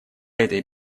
этой